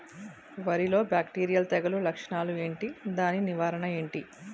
వరి లో బ్యాక్టీరియల్ తెగులు లక్షణాలు ఏంటి? దాని నివారణ ఏంటి?